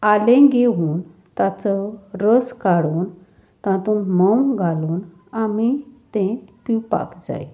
आलें घेवून ताचो रस काडून तातूंत मोंव घालून आमी तें पिवपाक जाय